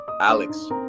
Alex